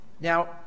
Now